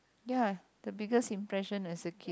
ya the biggest impression as a kid